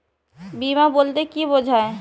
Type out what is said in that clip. বিমা বলতে কি বোঝায়?